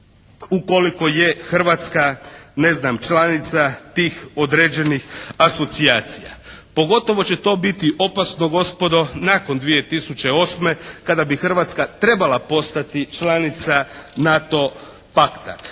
ukoliko je Hrvatska ne znam, članica tih određenih asocijacija. Pogotovo će to biti opasno gospodo nakon 2008. kada bi Hrvatska trebala postati članica NATO pakta.